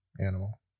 animal